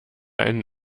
einen